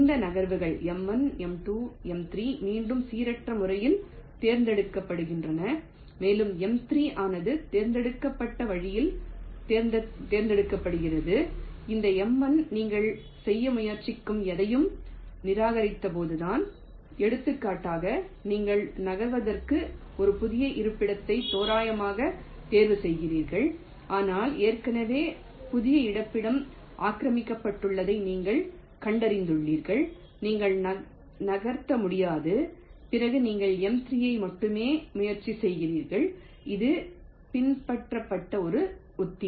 இந்த நகர்வுகள் M1 M2 M3 மீண்டும் சீரற்ற முறையில் தேர்ந்தெடுக்கப்படுகின்றன மேலும் M3 ஆனது தேர்ந்தெடுக்கப்பட்ட வழியில் தேர்ந்தெடுக்கப்படுகிறது இந்த M1 நீங்கள் செய்ய முயற்சிக்கும் எதையும் நிராகரித்தபோதுதான் எடுத்துக்காட்டாக நீங்கள் நகர்த்துவதற்கு ஒரு புதிய இருப்பிடத்தை தோராயமாகத் தேர்வுசெய்கிறீர்கள் ஆனால் ஏற்கனவே புதிய இருப்பிடம் ஆக்கிரமிக்கப்பட்டுள்ளதை நீங்கள் கண்டறிந்துள்ளீர்கள் நீங்கள் நகர்த்த முடியாது பிறகு நீங்கள் M3 ஐ மட்டுமே முயற்சி செய்கிறீர்கள் இது பின்பற்றப்பட்ட ஒரு உத்தி